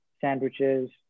sandwiches